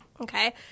okay